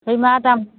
बै मा दाम